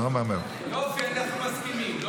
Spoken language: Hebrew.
יופי, אנחנו מסכימים.